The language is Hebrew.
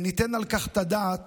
ושניתן על כך את הדעת